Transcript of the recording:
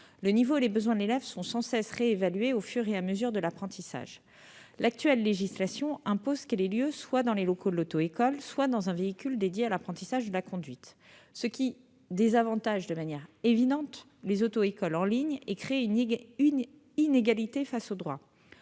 Le niveau et les besoins de l'élève sont sans cesse réévalués au fur et à mesure de l'apprentissage. L'actuelle législation impose que l'évaluation ait lieu soit dans les locaux de l'auto-école, soit dans un véhicule dédié à l'apprentissage de la conduite, ce qui désavantage de manière évidente les auto-écoles en ligne et crée une inégalité face au droit.